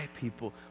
people